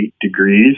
degrees